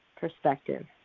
perspective